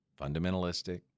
fundamentalistic